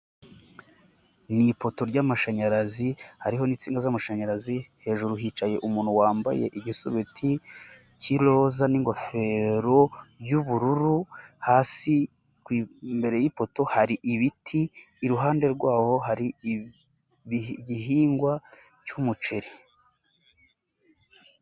Ni ipoto ry'amashanyarazi hariho n'insinga z'amashanyarazi, hejuru hicaye umuntu wambaye igisubeti cy'iroza n'ingofero y'ubururu, hasi imbere y'ipoto hari ibiti, iruhande rwaho hari igihingwa cy'umuceri.